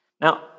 Now